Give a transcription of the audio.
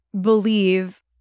believe